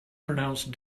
pronounced